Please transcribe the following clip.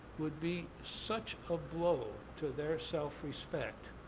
would be such a blow to their self-respect